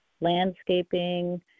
landscaping